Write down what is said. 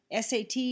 SAT